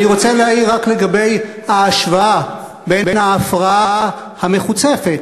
אני רוצה להעיר רק לגבי ההשוואה בין ההפרעה המחוצפת